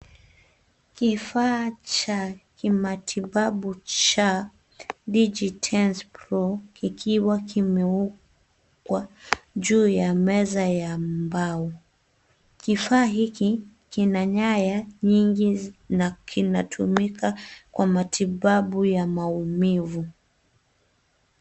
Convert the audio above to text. Kifaa cha kimatibabu cha Diji Tens Pro kikiwa kimewekwa juu ya meza ya mbao. KIfaa hiki kina nyaya nyingi na kinatumika kwa matibabu ya maumivu.